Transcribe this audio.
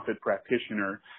practitioner